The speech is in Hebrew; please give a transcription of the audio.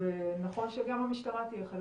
ונכון שגם המשטרה תהיה חלק